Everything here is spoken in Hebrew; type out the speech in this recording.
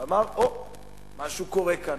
אמר: אוה, משהו קורה כאן,